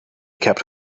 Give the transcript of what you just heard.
kept